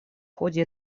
ходе